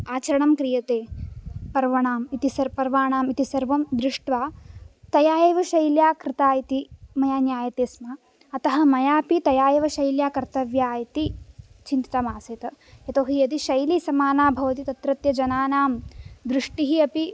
आचरणं क्रियते पर्वणां इति स पर्वणाम् इति सर्वं दृष्ट्वा तया एव शैल्या कृता इति मया ज्ञायते स्म अतः मया अपि तया एव शैल्या कर्तव्या इति चिन्तितमासीत् यतोहि यदि शैली समाना भवति तत्रत्यजनानां दृष्टिः अपि